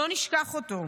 לא נשכח אותו.